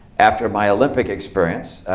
after my olympic experience,